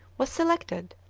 was selected,